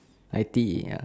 I_T_E ya